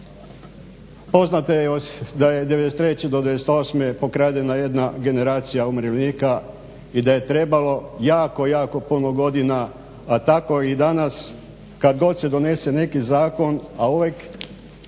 Poznato je da je od '93. do '98. pokradena jedna generacija umirovljenika i daje trebalo jako, jako puno godina, a tako i danas kada god se donese neki zakon a uvijek